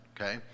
okay